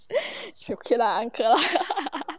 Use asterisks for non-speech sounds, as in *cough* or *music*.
so okay lah uncle *laughs*